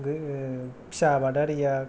गो फिसा आबादारिया